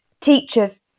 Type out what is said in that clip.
teachers